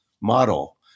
model